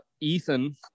Ethan